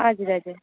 हजुर हजुर